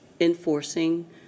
enforcing